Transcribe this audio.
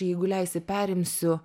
jeigu leisi perimsiu